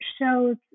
shows